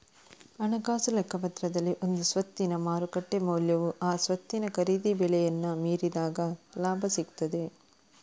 ಹಣಕಾಸು ಲೆಕ್ಕಪತ್ರದಲ್ಲಿ ಒಂದು ಸ್ವತ್ತಿನ ಮಾರುಕಟ್ಟೆ ಮೌಲ್ಯವು ಆ ಸ್ವತ್ತಿನ ಖರೀದಿ ಬೆಲೆಯನ್ನ ಮೀರಿದಾಗ ಲಾಭ ಸಿಗ್ತದೆ